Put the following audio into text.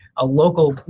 a local,